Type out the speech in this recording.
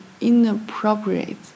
inappropriate